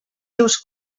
seus